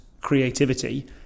creativity